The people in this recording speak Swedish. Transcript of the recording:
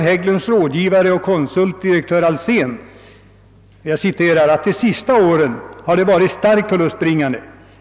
Hägglunds rådgivare och konsult direktör Ahlzén har sagt att »de sista åren» hade varit starkt förlustbringande.